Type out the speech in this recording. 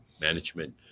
Management